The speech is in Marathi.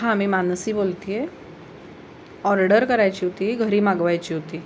हा मी मानसी बोलते आहे ऑर्डर करायची होती घरी मागवायची होती